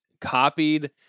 copied